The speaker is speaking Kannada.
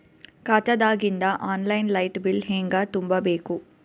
ಖಾತಾದಾಗಿಂದ ಆನ್ ಲೈನ್ ಲೈಟ್ ಬಿಲ್ ಹೇಂಗ ತುಂಬಾ ಬೇಕು?